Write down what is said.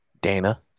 Dana